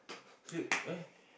sleep eh